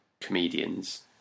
comedians